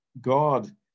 God